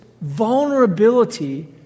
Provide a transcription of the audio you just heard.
vulnerability